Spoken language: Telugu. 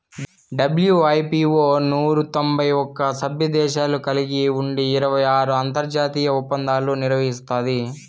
డబ్ల్యూ.ఐ.పీ.వో నూరు తొంభై ఒక్క సభ్యదేశాలు కలిగి ఉండి ఇరవై ఆరు అంతర్జాతీయ ఒప్పందాలు నిర్వహిస్తాది